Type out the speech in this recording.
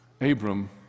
Abram